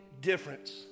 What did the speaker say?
difference